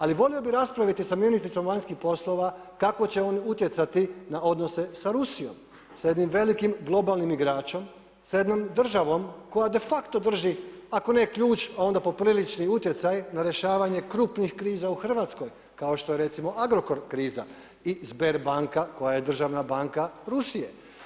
Ali volio bih raspraviti sa ministricom vanjskih poslova kako će on utjecati na odnose sa Rusijom, sa jednim velikim globalnim igračem, sa jednom državom koja de facto drži ako ne ključ a onda poprilični utjecaj na rješavanje krupnih kriza u Hrvatskoj kao što je recimo Agrokor kriza i Sberbank koja je državna banka Rusije.